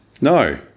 No